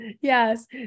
yes